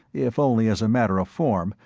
if only as a matter of form,